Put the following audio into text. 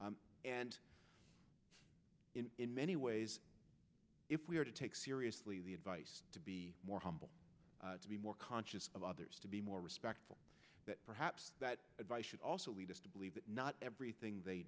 t and in many ways if we are to take seriously the advice to be more humble to be more conscious of others to be more respectful but perhaps that advice should also lead us to believe that not everything they